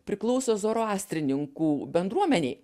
priklauso zoroastrininkų bendruomenei